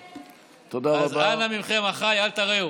אז אנא מכם, אחיי, אל תרעו.